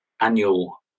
annual